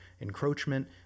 encroachment